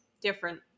different